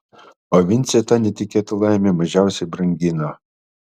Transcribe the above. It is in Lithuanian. o vincė tą netikėtą laimę mažiausiai brangino